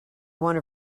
one